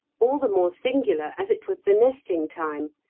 all the more singular as it was the nesting-time,